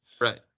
Right